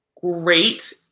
great